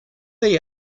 they